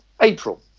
April